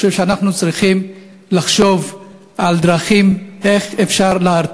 אני חושב שאנחנו צריכים לחשוב על דרכים להרתיע,